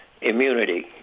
immunity